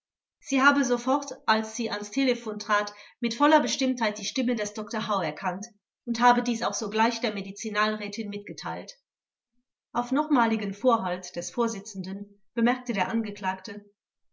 sie habe sofort als sie ans telephon trat mit voller bestimmtheit die stimme des dr hau erkannt und habe dies auch sogleich der medizinalrätin mitgeteilt auf nochmaligen vorhalt des vorsitzenden bemerkte der angeklagte